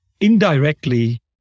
indirectly